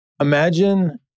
Imagine